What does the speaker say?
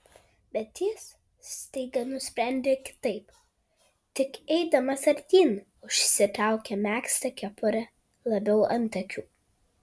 bet jis staiga nusprendė kitaip tik eidamas artyn užsitraukė megztą kepurę labiau ant akių